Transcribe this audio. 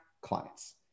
clients